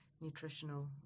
nutritional